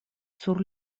sur